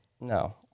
No